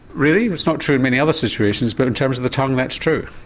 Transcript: really? it's not true in many other situations but in terms of the tongue that's true?